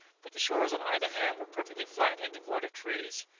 but the shores on either hand were perfectly flat and devoid of trees.